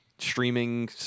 Streaming